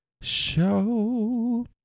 show